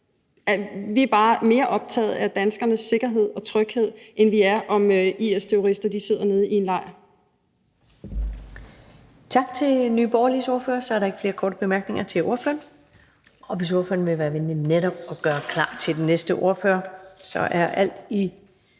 Vi er bare mere optaget af danskernes sikkerhed og tryghed, end vi er af, om IS-terrorister sidder nede i en lejr. Kl. 23:54 Første næstformand (Karen Ellemann): Tak til Nye Borgerliges ordfører. Så er der ikke flere korte bemærkninger til ordføreren. Hvis ordføreren vil være venlig netop at gøre klar til den næste ordfører, er alt er